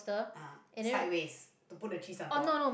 ah sideways to put the cheese on top